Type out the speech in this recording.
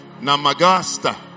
namagasta